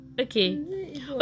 Okay